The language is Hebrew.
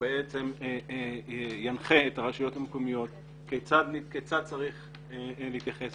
שבעצם ינחה את הרשויות המקומיות כיצד צריך להתייחס,